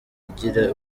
igira